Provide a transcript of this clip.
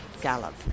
gallop